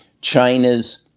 China's